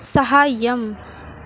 सहाय्यम्